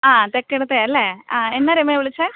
ആ തെക്കടത്തെയാണ് അല്ലേ എന്നാണ് രമ വിളിച്ചത്